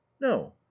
no